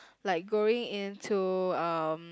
like going in to um